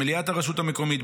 מליאת הרשות המקומית,